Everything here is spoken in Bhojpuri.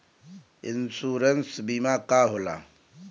इन्शुरन्स बीमा का होला?